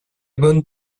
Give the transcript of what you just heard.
bonne